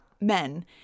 men